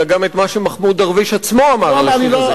אלא גם את מה שמחמוד דרוויש עצמו אמר על השיר הזה.